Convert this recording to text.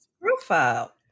profile